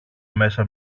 μέσα